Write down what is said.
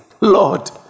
Lord